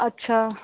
अच्छा